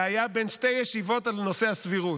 זה היה בין שתי ישיבות על נושא הסבירות.